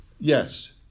yes